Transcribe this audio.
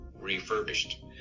refurbished